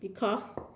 because